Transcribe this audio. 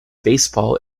baseball